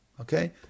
okay